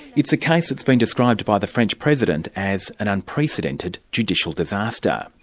it's a case that's been described by the french president as an unprecedented judicial disaster.